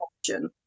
option